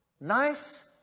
Nice